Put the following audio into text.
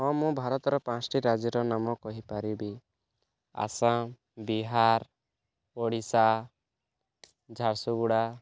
ହଁ ମୁଁ ଭାରତର ପାଞ୍ଚଟି ରାଜ୍ୟର ନାମ କହିପାରିବି ଆସାମ ବିହାର ଓଡ଼ିଶା ଝାରସୁଗୁଡ଼ା